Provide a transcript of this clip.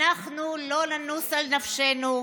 אנחנו לא ננוס על נפשנו,